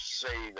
say